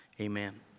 amen